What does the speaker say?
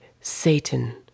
Satan